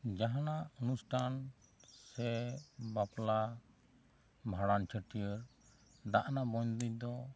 ᱡᱟᱦᱟᱸᱱᱟᱜ ᱚᱱᱩᱥᱴᱷᱟᱱ ᱥᱮ ᱵᱟᱯᱞᱟ ᱵᱷᱟᱸᱰᱟᱱ ᱪᱷᱟᱹᱴᱭᱟᱹᱨ ᱫᱟᱜ ᱨᱮᱱᱟᱜ ᱵᱚᱝ ᱫᱤᱱ ᱫᱚ